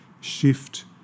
shift